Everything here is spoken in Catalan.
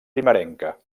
primerenca